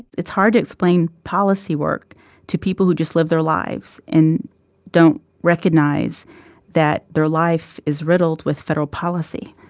it's hard to explain policy work to people who just live their lives and don't recognize that their life is riddled with federal policy.